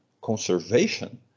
conservation